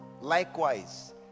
likewise